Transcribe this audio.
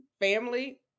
family